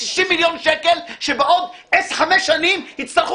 60 מיליון שקל כשבעוד חמש שנים יצטרכו